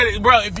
Bro